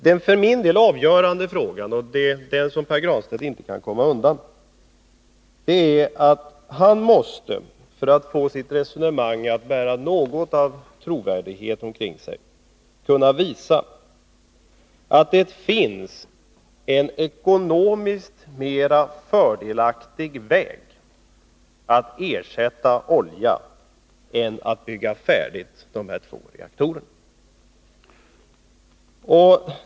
Den avgörande fråga som Pär Granstedt inte kan komma ifrån är att han, för att få sitt resonemang att bära något av trovärdighetens prägel, måste kunna visa att det finns en ekonomiskt mera fördelaktig väg att ersätta olja än att bygga de två reaktorerna färdiga.